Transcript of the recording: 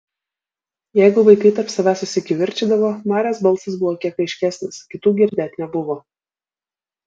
jeigu vaikai tarp savęs susikivirčydavo marės balsas buvo kiek aiškesnis kitų girdėt nebuvo